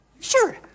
Sure